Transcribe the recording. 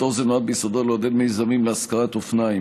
פטור זה נועד ביסודו לעודד מיזמים להשכרת אופניים.